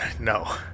no